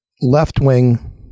left-wing